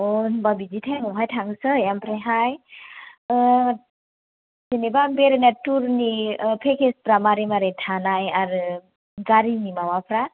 अ होमबा बिदि टाइमावहाय थांसै ओमफ्रायहाय जेनेबा बेरायनाय टुरनि पेकेजफोरा मारै मारै थानाय आरो गारिनि माबाफोरा